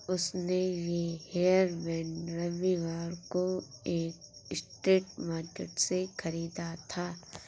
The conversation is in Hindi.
उसने ये हेयरबैंड रविवार को एक स्ट्रीट मार्केट से खरीदा था